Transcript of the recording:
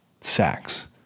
sacks